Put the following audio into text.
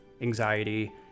anxiety